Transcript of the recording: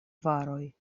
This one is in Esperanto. varoj